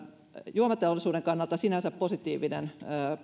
juomateollisuuden kannalta sinänsä positiivinen